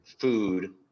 food